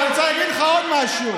אני רוצה להגיד לך עוד משהו,